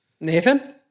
Nathan